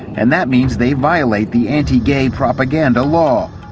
and that means they violate the anti-gay propaganda law.